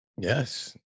Yes